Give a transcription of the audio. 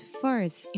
first